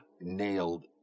nailed